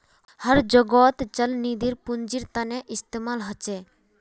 हर जोगोत चल निधिर पुन्जिर तने इस्तेमाल होचे